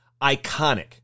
iconic